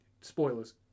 Spoilers